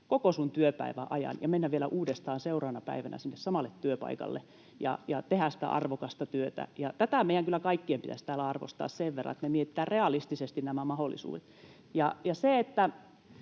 sinun työpäiväsi ajan ja mennä vielä uudestaan seuraavana päivänä sinne samalle työpaikalle ja tehdä sitä arvokasta työtä. Ja tätä meidän kaikkien pitäisi täällä kyllä arvostaa sen verran, että me mietitään realistisesti nämä mahdollisuudet.